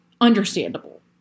Understandable